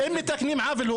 אבל אתם מתקנים עוול,